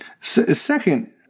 Second